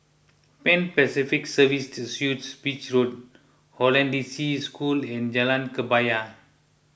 Pan Pacific Serviced Suites Beach Road Hollandse School and Jalan Kebaya